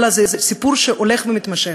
אלא זה סיפור שהולך ומתמשך.